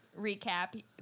recap